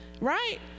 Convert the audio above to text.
right